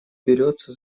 берется